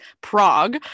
Prague